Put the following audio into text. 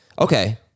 Okay